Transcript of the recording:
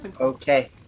okay